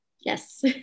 Yes